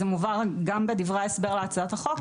זה מובא גם בדברי ההסבר להצעת החוק,